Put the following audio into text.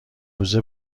روزه